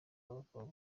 b’abakobwa